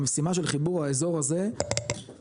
המשימה של חיבור האזור הזה הושלמה,